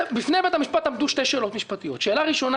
בפני בית המשפט עמדו שתי שאלות משפטיות: שאלה ראשונה